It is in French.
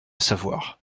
savoir